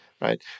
right